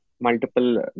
multiple